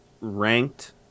ranked